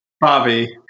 Bobby